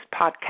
podcast